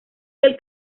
del